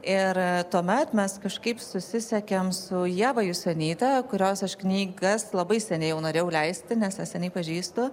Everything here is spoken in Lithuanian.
ir tuomet mes kažkaip susisiekėm su ieva jusionyte kurios aš knygas labai seniai jau norėjau leisti nes ją seniai pažįstu